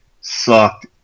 sucked